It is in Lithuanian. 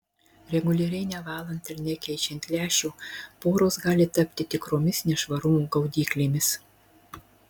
reguliariai nevalant ir nekeičiant lęšių poros gali tapti tikromis nešvarumų gaudyklėmis